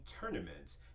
tournaments